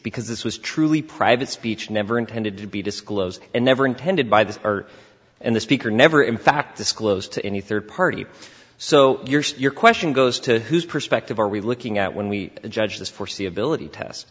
because this was truly private speech never intended to be disclosed and never intended by this or in the speaker never in fact disclosed to any third party so your question goes to whose perspective are we looking at when we judge this foreseeability test